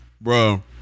Bro